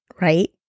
right